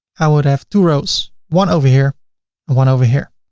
i would have two rows one over here and one over here.